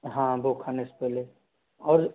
हाँ वो खाने से पहले और